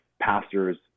pastors